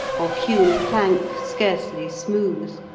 of hewn plank scarcely smooth,